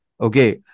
okay